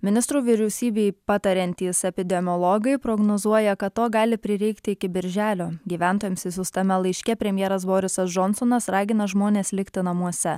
ministrų vyriausybei patariantys epidemiologai prognozuoja kad to gali prireikti iki birželio gyventojams išsiųstame laiške premjeras borisas džonsonas ragina žmones likti namuose